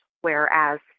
whereas